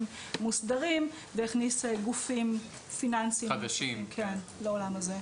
מוסדרים והכניס גופים פיננסיים חדשים לעולם הזה.